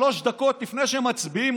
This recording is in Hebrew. שלוש דקות לפני שמצביעים,